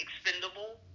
expendable